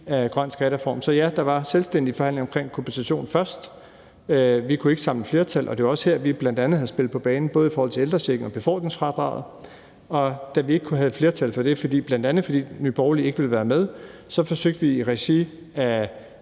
af »Grøn skattereform«. Så ja, der var selvstændige forhandlinger omkring kompensation først – vi kunne ikke samle flertal – og det var også her, vi bl.a. havde spillet ældrechecken og befordringsfradraget på banen. Og da vi ikke havde flertal for det, bl.a. fordi Nye Borgerlige ikke ville være med, så forsøgte vi i regi af